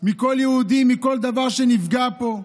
מכל יהודי, מכל דבר שנפגע פה.